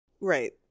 Right